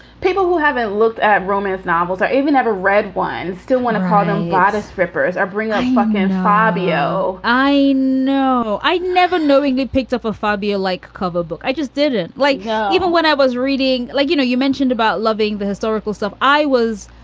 people who haven't looked at romance novels or even have a read one still want to call them bodice rippers. i bring up fucking fabio i know i never knowingly picked up a fabia like cover book. i just didn't like yeah even when i was reading, like, you know, you mentioned about loving the historical stuff. i was,